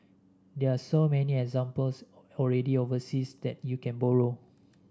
there are so many examples already overseas that you can borrow